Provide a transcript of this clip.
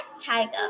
tiger